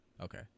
okay